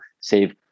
save